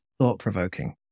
thought-provoking